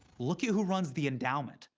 look at who runs the endowment.